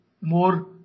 more